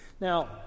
Now